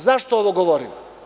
Zašto ovo govorim?